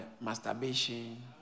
masturbation